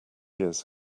years